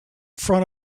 front